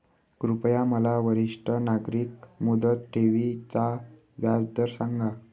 कृपया मला वरिष्ठ नागरिक मुदत ठेवी चा व्याजदर सांगा